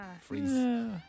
Freeze